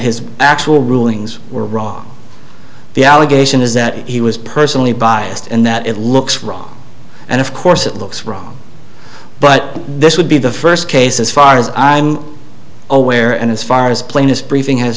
his actual rulings were wrong the allegation is that he was personally biased and that it looks wrong and of course it looks wrong but this would be the first case as far as i'm aware and as far as plainest briefing has